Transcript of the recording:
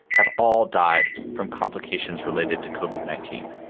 have all died from complications related to koven nineteen